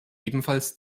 ebenfalls